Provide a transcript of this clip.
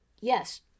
yes